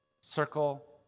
Circle